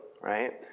Right